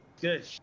good